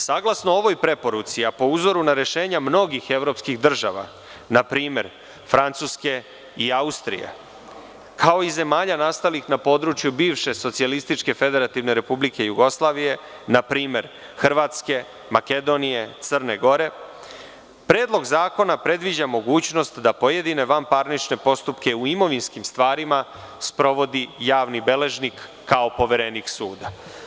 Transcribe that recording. Saglasno ovoj preporuci, a po uzoru na rešenje mnogih evropskih država, na primer Francuske i Austrije, kao i zemalja nastalih na području bivše Socijalističke Federativne Republike Jugoslavije, na primer Hrvatske, Makedonije, Crne Gore, Predlog zakona predviđa mogućnost da pojedine vanparnične postupke u imovinskim stvarima sprovodi javni beležnik kao poverenik suda.